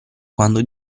quando